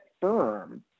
firm